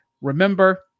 Remember